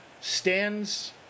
stands